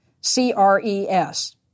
C-R-E-S